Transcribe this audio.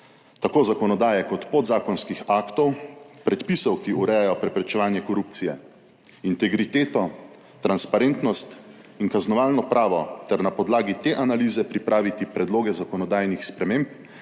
tako zakonodaje kot podzakonskih aktov, predpisov, ki urejajo preprečevanje korupcije, integriteto, transparentnost in kaznovalno pravo ter na podlagi te analize pripraviti predloge zakonodajnih sprememb,